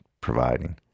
providing